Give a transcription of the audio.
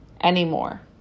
anymore